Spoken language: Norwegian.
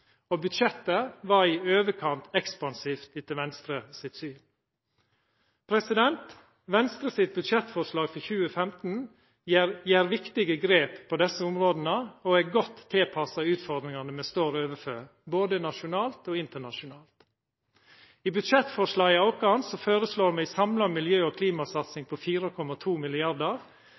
Og budsjettet var i overkant ekspansivt, etter Venstre sitt syn. Venstre sitt budsjettforslag for 2015 gjer viktige grep på desse områda og er godt tilpassa utfordringane me står overfor, både nasjonalt og internasjonalt. I budsjettforslaget vårt føreslår me ei samla miljø- og klimasatsing på 4,2